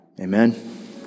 Amen